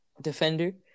defender